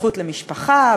בזכות למשפחה,